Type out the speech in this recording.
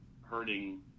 hurting